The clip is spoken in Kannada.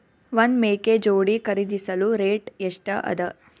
ಒಂದ್ ಮೇಕೆ ಜೋಡಿ ಖರಿದಿಸಲು ರೇಟ್ ಎಷ್ಟ ಅದ?